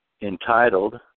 entitled